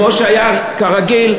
כמו שהיה כרגיל,